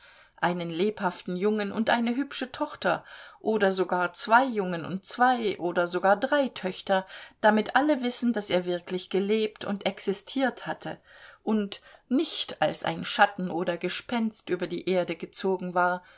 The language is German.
einen lebhaften jungen und eine hübsche tochter oder sogar zwei jungen und zwei oder sogar drei töchter damit alle wissen daß er wirklich gelebt und existiert hatte und nicht als ein schatten oder gespenst über die erde gezogen war